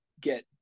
get